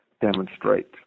demonstrate